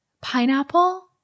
Pineapple